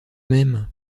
même